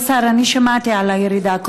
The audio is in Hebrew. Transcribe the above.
כבוד השר, אני שמעתי על הירידה.